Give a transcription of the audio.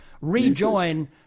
rejoin